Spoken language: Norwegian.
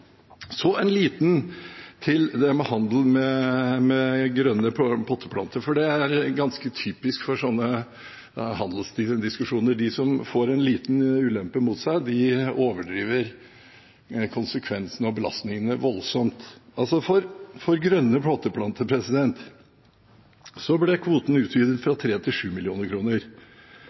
Så litt til det med handel med grønne potteplanter, for det er ganske typisk for slike handelsdiskusjoner. De som får en liten ulempe mot seg, overdriver konsekvensene av belastningene voldsomt. For grønne potteplanter ble kvoten utvidet fra 3 mill. kr til